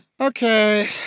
Okay